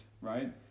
right